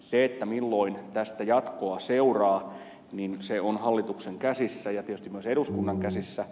se milloin tästä jatkoa seuraa on hallituksen käsissä ja tietysti myös eduskunnan käsissä